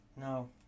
No